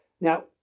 Now